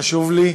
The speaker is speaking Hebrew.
חשוב לי,